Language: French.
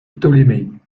ptolémée